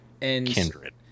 Kindred